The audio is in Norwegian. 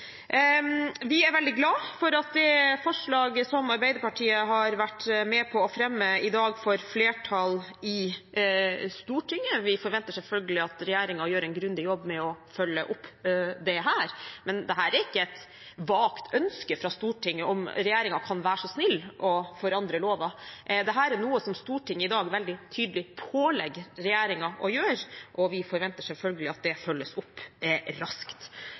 forslaget som Arbeiderpartiet har vært med på å fremme, i dag får flertall i Stortinget. Vi forventer selvfølgelig at regjeringen gjør en grundig jobb med å følge opp dette. Men dette er ikke et vagt ønske fra Stortinget om at regjeringen kan være så snill å forandre loven, dette er noe som Stortinget i dag veldig tydelig pålegger regjeringen å gjøre, og vi forventer selvfølgelig at det følges opp raskt.